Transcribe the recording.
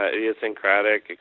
idiosyncratic